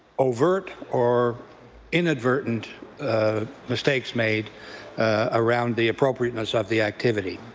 overt or inadvertent mistakes made around the appropriateness of the activity.